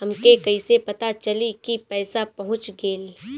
हमके कईसे पता चली कि पैसा पहुच गेल?